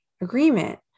agreement